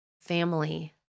family